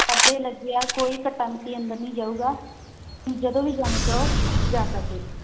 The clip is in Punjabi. ਪਰਦੇ ਲੱਗੇ ਆ ਕੋਈ ਘੱਟਾ ਮਿੱਟੀ ਅੰਦਰ ਨਹੀਂ ਜਾਊਗਾ ਤੁਸੀਂ ਜਦੋਂ ਵੀ ਜਾਣ ਚਾਹੋ ਤਾਂ ਜਾ ਸਕਦੇ ਜੇ